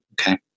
Okay